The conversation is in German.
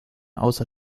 außer